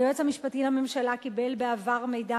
היועץ המשפטי לממשלה קיבל בעבר מידע